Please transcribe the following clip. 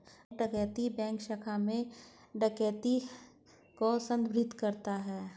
bank डकैती bank शाखा में डकैती को संदर्भित करता है